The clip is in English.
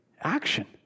action